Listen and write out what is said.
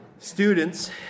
Students